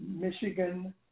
Michigan